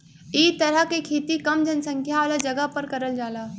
इ तरह के खेती कम जनसंख्या वाला जगह पर करल जाला